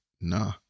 nah